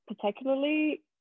particularly